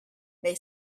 they